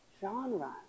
genre